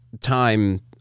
time